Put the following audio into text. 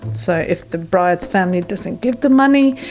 so if the bride's family doesn't give them money,